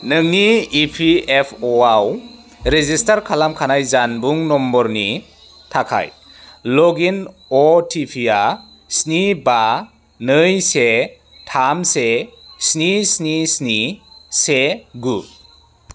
नोंनि इपिएफअआव रेजिस्टार खालामखानाय जानबुं नम्बरनि थाखाय लग इन अटिपिया स्नि बा नै से थाम से स्नि स्नि स्नि से गु